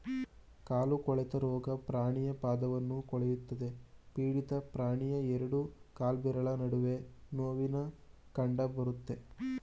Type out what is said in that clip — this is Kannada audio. ಕಾಲು ಕೊಳೆತ ರೋಗ ಪ್ರಾಣಿಯ ಪಾದವನ್ನು ಕೊಳೆಯುತ್ತದೆ ಪೀಡಿತ ಪ್ರಾಣಿಯ ಎರಡು ಕಾಲ್ಬೆರಳ ನಡುವೆ ನೋವಿನ ಕಂಡಬರುತ್ತೆ